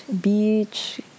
beach